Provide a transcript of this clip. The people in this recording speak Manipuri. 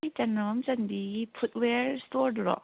ꯁꯤ ꯆꯅꯣꯝ ꯆꯟꯕꯤꯒꯤ ꯐꯨꯠ ꯋꯦꯌꯥꯔ ꯏꯁ꯭ꯇꯣꯔꯗꯨꯔꯣ